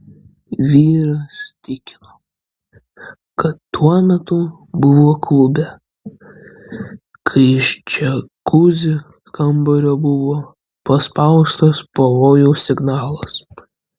vyras tikino kad tuo metu buvo klube kai iš džiakuzi kambario buvo paspaustas pavojaus signalas